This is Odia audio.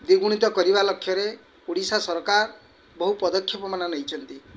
ଦ୍ଵିଗୁଣିତ କରିବା ଲକ୍ଷ୍ୟରେ ଓଡ଼ିଶା ସରକାର ବହୁ ପଦକ୍ଷେପମାନ ନେଇଛନ୍ତି